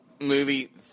movie